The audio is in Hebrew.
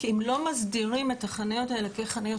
כי אם לא מסדירים את החניות האלה כחניות